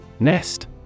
Nest